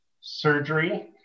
surgery